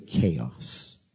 chaos